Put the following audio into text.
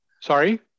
Sorry